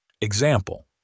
Example